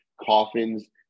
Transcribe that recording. Coffins